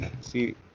See